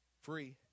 Free